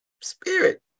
spirit